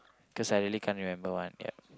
cause I really can't remember one ya